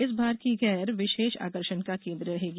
इस बार की गेर विशेष आकर्षण का केन्द्र रहेगी